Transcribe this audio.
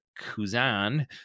kuzan